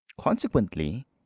Consequently